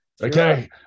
okay